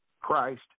Christ